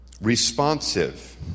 Responsive